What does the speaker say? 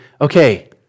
okay